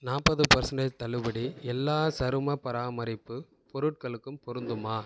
நாற்பது பர்சன்டேஜ் தள்ளுபடி எல்லா சரும பராமரிப்பு பொருட்களுக்கும் பொருந்துமா